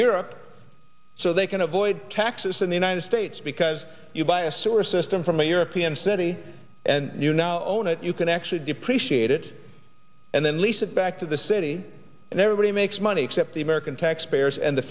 europe so they can avoid taxes in the united states because you buy a sewer system from a european city and you now own it you can actually depreciate it and then lease it back to the city and everybody makes money except the american taxpayers and the